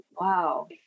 wow